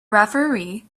referee